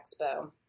Expo